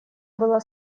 было